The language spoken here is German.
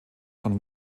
von